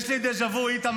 יש לי דז'ה וו איתמר.